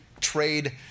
trade